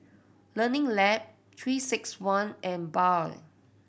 Learning Lab Three Six One and Biore